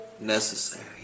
necessary